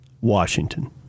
Washington